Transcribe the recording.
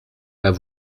pas